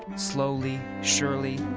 slowly, surely,